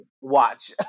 Watch